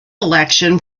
election